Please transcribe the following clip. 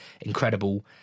incredible